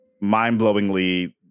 mind-blowingly